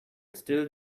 still